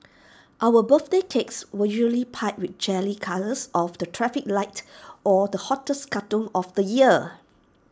our birthday cakes were usually piped with jelly colours of the traffic light or the hottest cartoon of the year